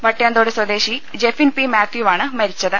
വട്ട്യാംതോട് സ്വദേശി ജെഫിൻ പി മാത്യുവാണ് മരിച്ചത്